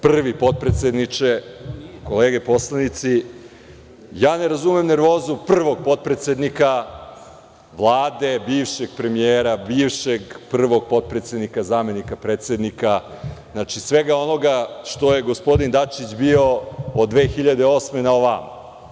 Prvi potpredsedniče, kolege poslanici, ja ne razumem nervozu prvog potpredsednika Vlade, bivšeg premijera, bivšeg prvog potpredsednika, zamenika predsednika, svega onoga što je gospodin Dačić bio od 2008. godine na ovamo.